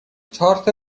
تارت